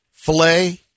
Filet